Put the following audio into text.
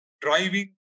driving